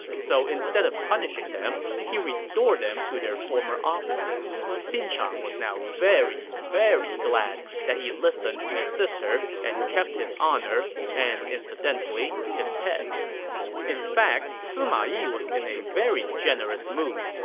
so instead of punishing them, he restored them to their former offices. xin chang was now very very glad that he listened to his sister and kept his honor and, incidentally, his head in fact, sima yi was in a very generous mood.